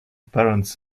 parents